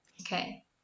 Okay